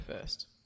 first